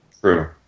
True